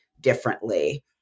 differently